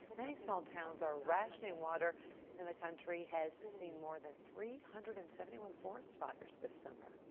many small towns are rationing water and the country has seen more than three hundred and seventy one forest fires this summer.